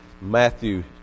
Matthew